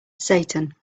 satan